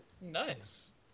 Nice